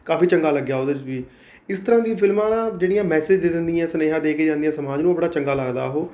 ਕਾਫ਼ੀ ਚੰਗਾ ਲੱਗਿਆ ਉਹਦੇ 'ਚ ਵੀ ਇਸ ਤਰ੍ਹਾਂ ਦੀਆਂ ਫਿਲਮਾਂ ਨਾ ਜਿਹੜੀਆਂ ਮੈਸਿਜ਼ ਦੇ ਦਿੰਦੀਆਂ ਸੁਨੇਹਾ ਦੇ ਕੇ ਜਾਂਦੀਆਂ ਸਮਾਜ ਨੂੰ ਉਹ ਬੜਾ ਚੰਗਾ ਲੱਗਦਾ ਉਹ